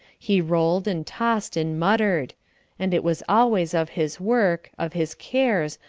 he rolled and tossed and muttered and it was always of his work, of his cares,